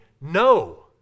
no